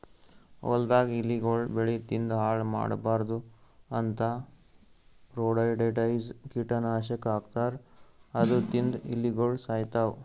ಹೊಲ್ದಾಗ್ ಇಲಿಗೊಳ್ ಬೆಳಿ ತಿಂದ್ ಹಾಳ್ ಮಾಡ್ಬಾರ್ದ್ ಅಂತಾ ರೊಡೆಂಟಿಸೈಡ್ಸ್ ಕೀಟನಾಶಕ್ ಹಾಕ್ತಾರ್ ಅದು ತಿಂದ್ ಇಲಿಗೊಳ್ ಸಾಯ್ತವ್